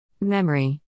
memory